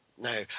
no